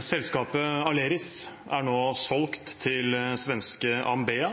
Selskapet Aleris er nå solgt til svenske Ambea,